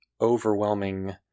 overwhelming